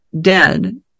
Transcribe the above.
dead